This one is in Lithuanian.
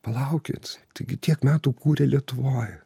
palaukit taigi tiek metų kūrė lietuvoj